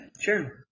sure